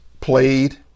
played